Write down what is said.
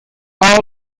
all